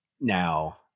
now